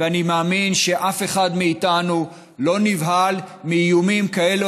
ואני מאמין שאף אחד מאיתנו לא נבהל מאיומים כאלה